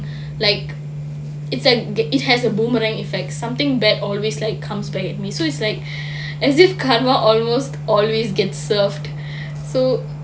like it has it has a boomerang effect something bad always like comes back at me so it's like as if karma almost always get served so